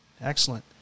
Excellent